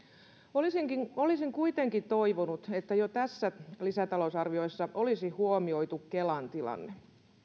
olisin kuitenkin toivonut että jo tässä lisätalousarviossa olisi huomioitu kelan tilanne